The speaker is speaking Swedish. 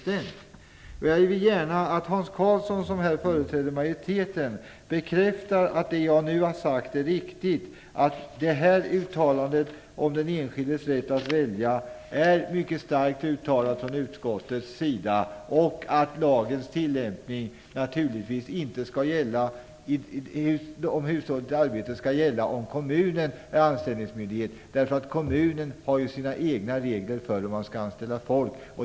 Jag vill gärna att Hans Karlsson, som företräder majoriteten, bekräftar att det jag nu har sagt är riktigt. Uttalandet om den enskildes rätt att välja är mycket starkt från utskottets sida, och lagen om arbetstid m.m. i husligt arbete skall naturligtvis inte tillämpas om kommunen är anställningsmyndighet. Kommunen har ju sina egna regler för hur man skall anställa folk.